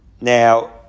Now